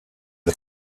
the